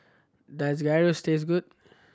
does Gyros taste good